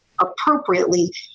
appropriately